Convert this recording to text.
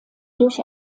durch